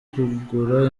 kugura